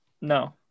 No